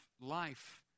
life